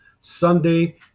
Sunday